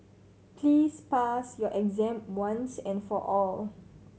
please pass your exam once and for all